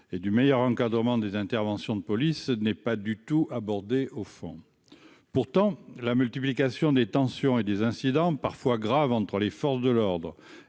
et du meilleur encadrement des interventions de police n'est pas du tout abordée au fond pourtant, la multiplication des tensions et des incidents parfois graves entre les forces de l'ordre